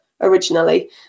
originally